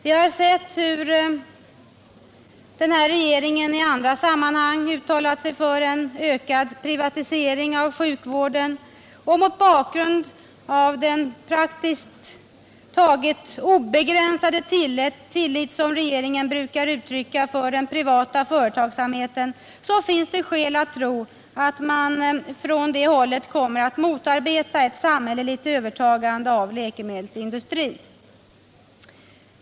Vi har sett hur den här regeringen i andra sammanhang uttalat sig för en ökning av privatiseringen av sjukvården. Och med tanke på den praktiskt taget obegränsade tillit som regeringen brukar uttrycka för den privata företagsamheten finns det skäl att tro att man från det hållet kommer att motarbeta ett samhälleligt övertagande av läkemedelsindustrin.